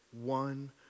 one